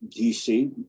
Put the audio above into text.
DC